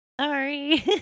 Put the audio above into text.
Sorry